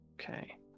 Okay